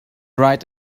right